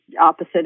opposite